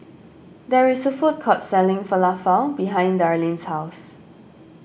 there is a food court selling Falafel behind Darleen's house